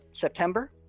september